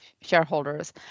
shareholders